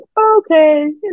okay